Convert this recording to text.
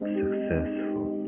successful